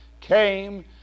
Came